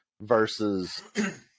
versus